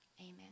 Amen